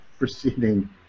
Proceeding